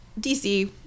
DC